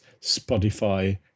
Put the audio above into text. Spotify